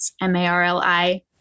M-A-R-L-I